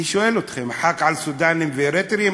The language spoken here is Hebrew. אני שואל אתכם, הוא חל על סודאנים ואריתריאים?